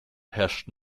herrscht